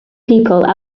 people